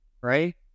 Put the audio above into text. right